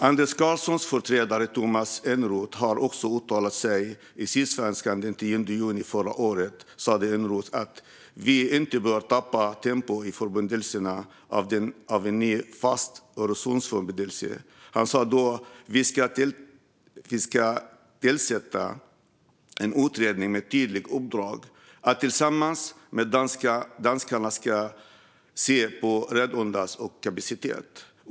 Andreas Carlsons företrädare, Tomas Eneroth, har också uttalat sig i Sydsvenskan. Den 10 juni förra året sa Eneroth att vi inte bör tappa tempo i fråga om förberedelserna i form av en ny fast Öresundsförbindelse. Han sa: Vi ska tillsätta en utredning med tydligt uppdrag att tillsammans med danskarna se på redundans och kapacitet.